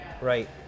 Right